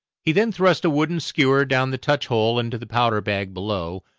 he then thrust a wooden skewer down the touch-hole into the powder bag below,